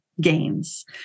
Gains